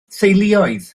theuluoedd